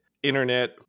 internet